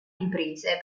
imprese